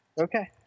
Okay